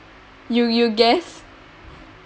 you you guess